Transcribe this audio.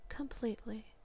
completely